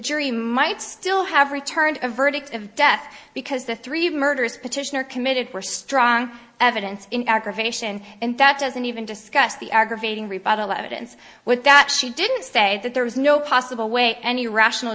jury might still have returned a verdict of death because the three murders petitioner committed were strong evidence in aggravation and that doesn't even discuss the aggravating rebuttal evidence with that she didn't say that there was no possible way any rational